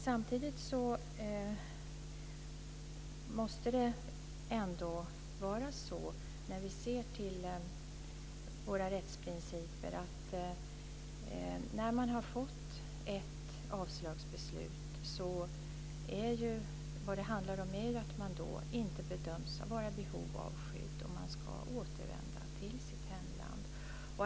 Samtidigt måste det ändå vara så när vi ser till våra rättsprinciper att när man har fått ett avslagsbeslut bedöms man inte vara i behov av skydd. Man ska återvända till sitt hemland.